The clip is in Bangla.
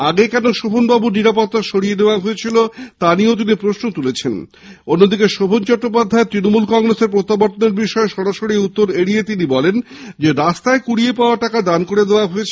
আগে কেন শোভন বাবুর নিরাপত্তা সরিয়ে নেওয়া হয়েছিল তা নিয়েও তিনি প্রশ্ন তুলেছেন অন্যদিকে শোভন চট্টোপাধ্যায়ের তৃণমূল কংগ্রেসের প্রত্যাবর্তনের সম্ভাবনা প্রসঙ্গে সরাসরি উত্তর এড়িয়ে গিয়ে তিনি বলেন রাস্তায় কুড়িয়ে পাওয়া টাকা দান করে দেওয়া হয়েছে